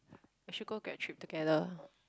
we should go grad trip together